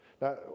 Now